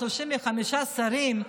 35 שרים,